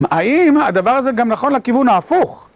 האם הדבר הזה גם נכון לכיוון ההפוך?